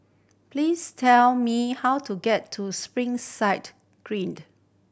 please tell me how to get to Springside Green